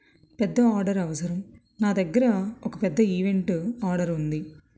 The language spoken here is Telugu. పెద్ద ఆర్డర్ అవసరం నా దగ్గర ఒక పెద్ద ఈవెంటు ఆర్డరు ఉంది